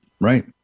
Right